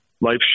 life